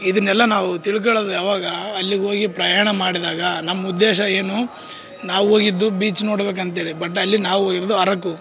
ಇದನ್ನೆಲ್ಲಾ ನಾವು ತಿಳ್ಕೊಳ್ಳೋದು ಯಾವಾಗ ಅಲ್ಲಿಗೋಗಿ ಪ್ರಯಾಣ ಮಾಡಿದಾಗ ನಮ್ಮ ಉದ್ದೇಶ ಏನು ನಾವು ಹೋಗಿದ್ದು ಬೀಚ್ ನೋಡ್ಬೇಕು ಅಂತೇಳಿ ಬಟ್ ಅಲ್ಲಿ ನಾವಿರೋದು ಅರಕು